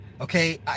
okay